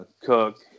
cook